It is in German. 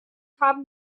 haben